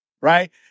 right